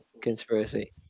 conspiracy